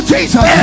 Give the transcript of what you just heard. Jesus